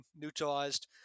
neutralized